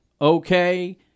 Okay